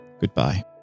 goodbye